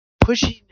pushing